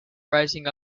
rising